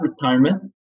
retirement